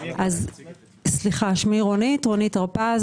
שמי רונית הרפז,